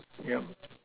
yeah